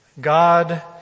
God